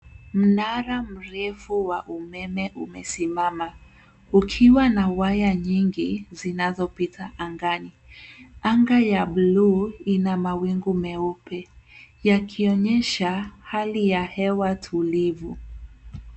Mnara mrefu wa umeme umesimama ukiwa na waya nyingi zinazopita angani. Anga ya buluu ina mawingu meupe yakionyesha hali ya hewa tulivu.